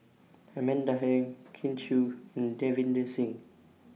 Amanda Heng Kin Chui and Davinder Singh